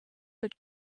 but